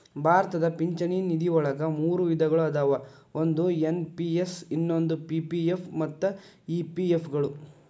ಭಾರತದ ಪಿಂಚಣಿ ನಿಧಿವಳಗ ಮೂರು ವಿಧಗಳ ಅದಾವ ಒಂದು ಎನ್.ಪಿ.ಎಸ್ ಇನ್ನೊಂದು ಪಿ.ಪಿ.ಎಫ್ ಮತ್ತ ಇ.ಪಿ.ಎಫ್ ಗಳು